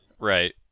Right